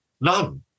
None